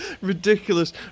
Ridiculous